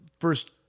first